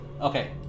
Okay